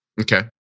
Okay